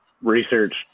research